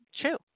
true